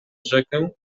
rzekę